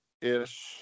ish